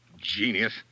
Genius